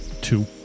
two